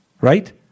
Right